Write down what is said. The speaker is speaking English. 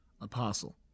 apostle